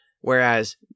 Whereas